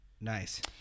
Nice